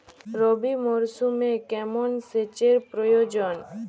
রবি মরশুমে কেমন সেচের প্রয়োজন?